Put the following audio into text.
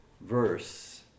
verse